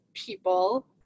People